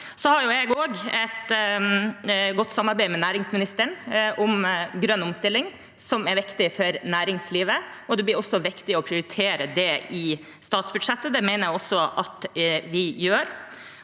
Jeg har et godt samarbeid med næringsministeren om grønn omstilling, som er viktig for næringslivet, og det blir også viktig å prioritere det i statsbudsjettet. Det mener jeg vi gjør.